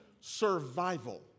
survival